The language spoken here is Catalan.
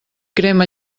crema